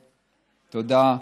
תודה,